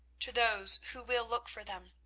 to those who will look for them.